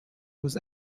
was